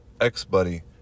ex-buddy